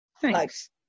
Thanks